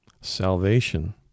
Salvation